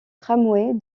tramway